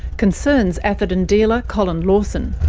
concerns atherton dealer colin lawson.